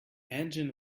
engine